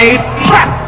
trap